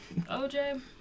OJ